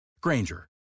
Granger